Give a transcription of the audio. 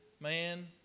Man